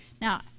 Now